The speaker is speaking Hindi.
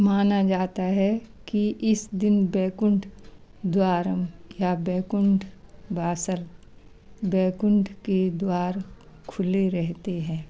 माना जाता है कि इस दिन वैकुंठ द्वारम या वैकुंठ बासल वैकुंठ के द्वार खुले रहते हैं